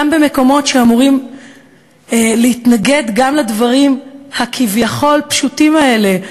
גם במקומות שאמורים להתנגד לדברים הכביכול-פשוטים האלה,